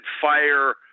fire